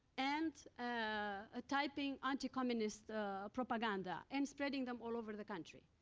and ah typing anti-communist propaganda, and spreading them all over the country.